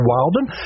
Wilden